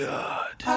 God